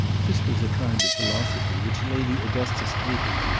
this was a kind of philosophy which lady augustus hated.